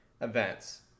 events